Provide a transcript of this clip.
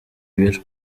ibiro